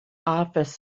office